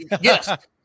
yes